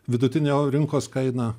vidutinė o rinkos kaina